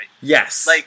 Yes